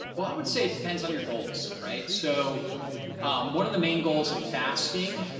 well, i would say it depends on your goals, right? so one of the main goals of fasting,